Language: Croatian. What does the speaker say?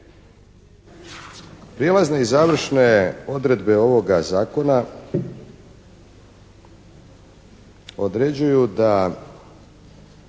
prijelazne i završne odredbe ovoga zakona određuju da